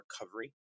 recovery